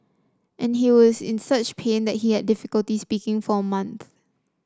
and he was in such pain that he had difficulty speaking for a month